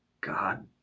God